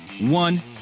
one